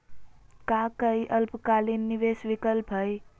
का काई अल्पकालिक निवेस विकल्प हई?